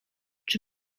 czy